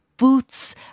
Boots